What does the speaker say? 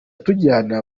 tujyana